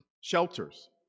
shelters